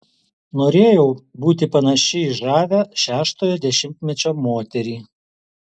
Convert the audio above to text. norėjau būti panaši į žavią šeštojo dešimtmečio moterį